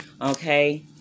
okay